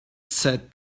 said